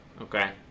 okay